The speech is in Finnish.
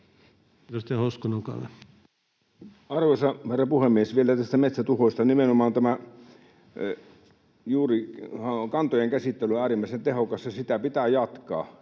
Arvoisa herra puhemies! Vielä metsätuhoista. Nimenomaan tämä kantojen käsittely on äärimmäisen tehokasta, ja sitä pitää jatkaa.